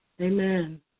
Amen